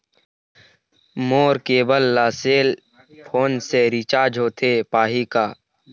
मोर cable ला cell phone से recharge होथे पाही का?